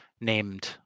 named